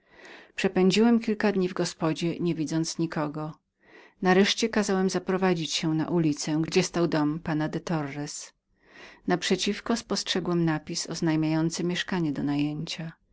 tak przepędziłem kilka dni w gospodzie nie widząc nikogo nareszcie kazałamkazałem zaprowadzić się na ulicę gdzie stał dom pana de torres naprzeciwko spostrzegłem napis oznajmiający mieszkanie do najęcia